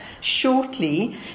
shortly